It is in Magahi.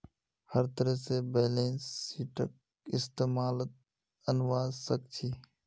हर तरह से बैलेंस शीटक इस्तेमालत अनवा सक छी